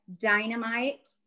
dynamite